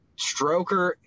Stroker